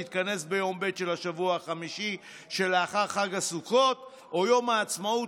תתכנס ביום ב' של השבוע החמישי שלאחר חג הסוכות או יום העצמאות,